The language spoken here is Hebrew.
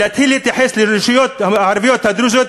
שיתחילו להתייחס לרשויות הערביות הדרוזיות